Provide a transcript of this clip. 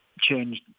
changed